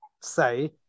say